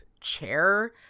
chair